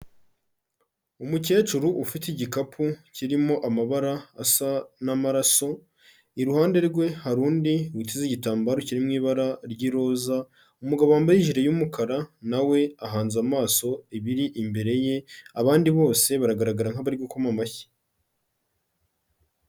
Umukecuru ufite igikapu kirimo amabara asa n'amaraso, iruhande rwe hari undi witeze igitambaro kiri mu ibara ry'iroza, umugabo wambaye ijiri y'umukara, na we ahanze amaso ibiri imbere ye, abandi bose baragaragara nk'abari gukoma amashyi.